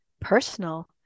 personal